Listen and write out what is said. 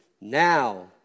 Now